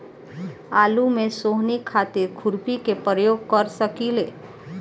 आलू में सोहनी खातिर खुरपी के प्रयोग कर सकीले?